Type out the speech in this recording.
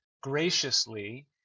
graciously